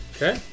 Okay